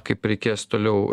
kaip reikės toliau